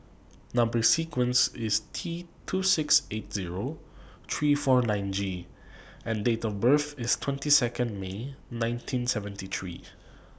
Number sequence IS T two six eight Zero three four nine G and Date of birth IS twenty Second May nineteen seventy three